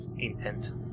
intent